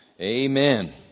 Amen